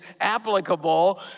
applicable